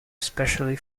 specially